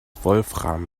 wolfram